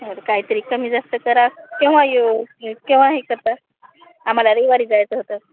तर कायतरी कमी जास्त करा केव्हा येऊ केव्हा हे करतात आम्हाला रविवारी जायचं होतं